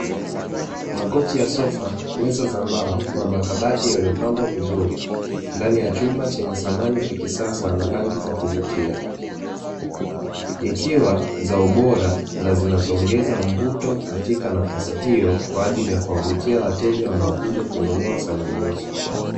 Makochi ya sofa, meza za mbao na makabati yaliyopangwa vizuri ndani ya chumba chenye samani za kisasa na rangi za kuvutia, ikiwa za ubora na zinaongeza mvuto katika sehemu hiyo kwa ajili ya kuwavutia wateja wanaokuja kununua samani hizo.